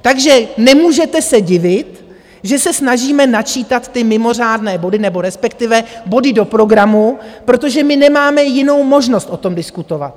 Takže nemůžete se divit, že se snažíme načítat ty mimořádné body, nebo respektive body do programu, protože my nemáme jinou možnost o tom diskutovat.